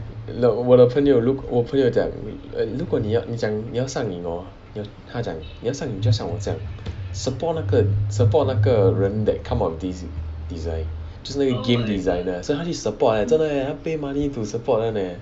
我的朋友如果我朋友讲如果你要你要上瘾 hor 他讲你要上瘾就要像我这样 support 那个 support 那个人 that come out this design 就是那个 game designer 所以他去 support leh 真的 leh 他 pay money to support them leh